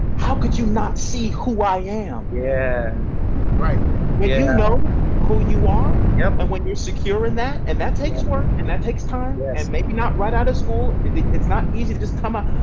how could you not see who i am? yeah right. when you know who you are yeah and when you're secure in that, and that takes work, and that takes time and maybe not right out of school, it's not easy to just come out.